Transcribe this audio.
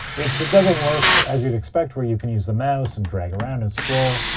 which it doesn't work as you'd expect, where you can use the mouse and drag around and scroll.